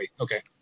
Okay